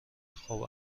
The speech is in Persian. خوب